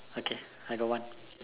okay I got one